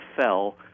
fell